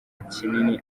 kinini